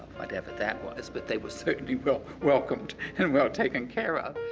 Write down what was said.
whatever that was, but they were certainly well. welcomed and well taken care of.